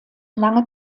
lange